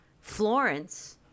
Florence